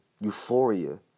euphoria